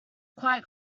quite